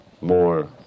more